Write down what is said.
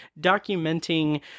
documenting